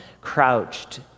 crouched